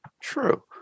True